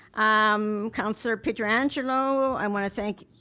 um counselor pietrangelo i want to thank.